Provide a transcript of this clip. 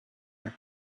that